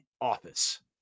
office